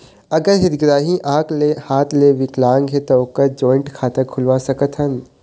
अगर हितग्राही आंख ले हाथ ले विकलांग हे ता ओकर जॉइंट खाता खुलवा सकथन?